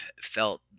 felt